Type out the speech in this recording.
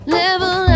level